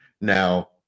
now